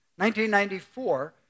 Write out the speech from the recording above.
1994